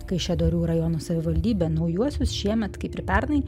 kaišiadorių rajono savivaldybė naujuosius šiemet kaip ir pernai